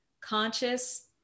conscious